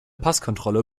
passkontrolle